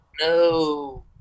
No